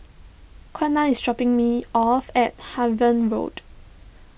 Qiana is dropping me off at Harvey Road